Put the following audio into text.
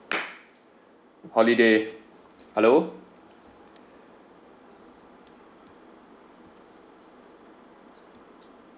holiday hello